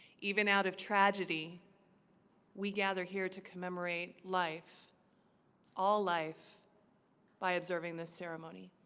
even out of tragedy we gather here to commemorate life all life by observing this ceremony